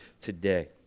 today